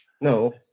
No